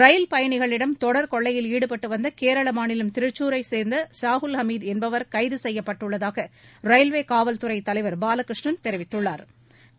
ரயில் பயனிகளிடம் தொடர் கொள்ளையில் ஈடுபட்டு வந்த கேரள மாநிலம் திரிச்சூரை சேர்ந்த சாகுல் அமீத் என்பவர் கைது செய்யப்பட்டுள்ளதாக ரயில்வே காவல்துறை தலைவர் பாலகிருஷ்ணன் தெரிவித்துள்ளா்